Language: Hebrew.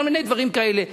כל מיני דברים כאלה.